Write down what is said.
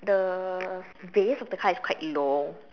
the base of the car is quite low